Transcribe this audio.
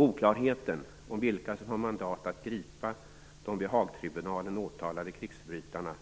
Oklarheten om vilka som har mandat att gripa de vid Haagtribunalen åtalade krigsförbrytarna